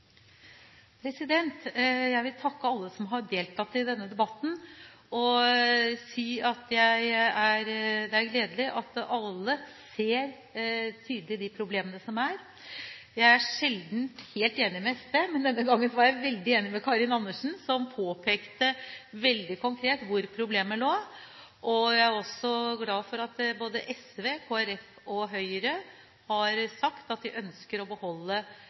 si at det er gledelig at alle tydelig ser de problemene som er. Jeg er sjelden helt enig med SV, men denne gangen er jeg enig med Karin Andersen, som påpekte veldig konkret hvor problemet ligger. Jeg er også glad for at både SV, Kristelig Folkeparti og Høyre har sagt at de ønsker å beholde rettighetene i folketrygden. Det